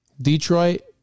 Detroit